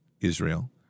Israel